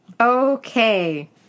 okay